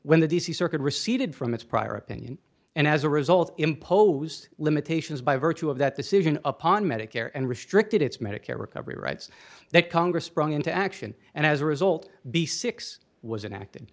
when the d c circuit receded from its prior opinion and as a result imposed limitations by virtue of that decision upon medicare and restricted its medicare recovery rights that congress sprung into action and as a result b six was enact